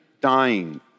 dying